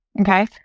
Okay